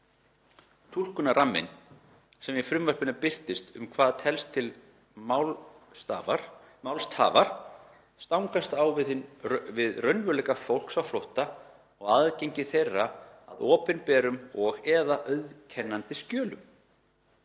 Túlkunarramminn, sem í frumvarpinu birtist um hvað telst til málstafar, stangast á við raunveruleika fólks á flótta og aðgengi þeirra að opinberum og/eða auðkennandi skjölum.